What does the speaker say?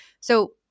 So-